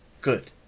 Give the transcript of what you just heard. Good